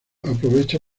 aprovecha